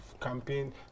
campaign